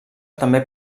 també